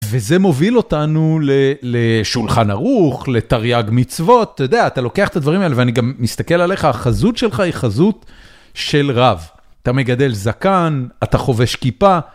וזה מוביל אותנו לשולחן ערוך, לתרי"ג מצוות, אתה יודע, אתה לוקח את הדברים האלה, ואני גם מסתכל עליך, החזות שלך היא חזות של רב, אתה מגדל זקן, אתה חובש כיפה.